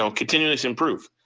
um continuously improve,